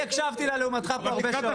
אני הקשבתי לה, לעומתך, הרבה מאוד שעות.